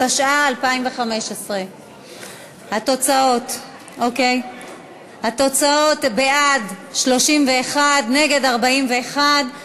התשע"ה 2015. ההצעה להסיר מסדר-היום את הצעת